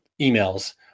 emails